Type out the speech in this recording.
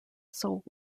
soloist